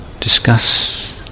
discuss